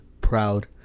proud